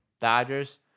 Dodgers